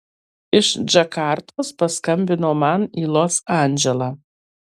iš džakartos paskambino man į los andželą